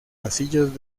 pasillos